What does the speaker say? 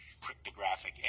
cryptographic